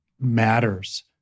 matters